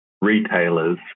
retailers